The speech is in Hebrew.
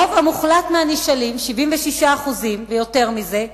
רוב המוחלט של הנשאלים, 76% ויותר מזה,